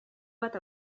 bat